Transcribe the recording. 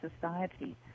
society